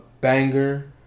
banger